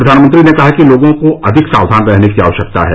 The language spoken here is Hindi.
प्रधानमंत्री ने कहा कि लोगों को अधिक सावधान रहने की आवश्यकता है